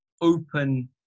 open